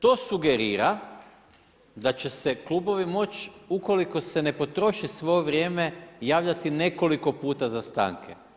To sugerira da će se klubovi moći ukoliko se ne potroši svo vrijeme javljati nekoliko puta za stanke.